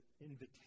invitation